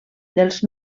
dels